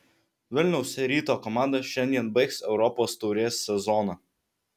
vilniaus ryto komanda šiandien baigs europos taurės sezoną